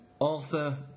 Arthur